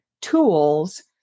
tools